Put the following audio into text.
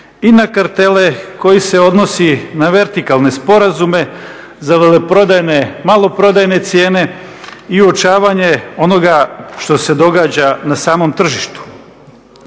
i na kartele, koji se odnosi na vertikalne sporazume za maloprodajne cijene i uočavanje onoga što se događa na samom tržištu.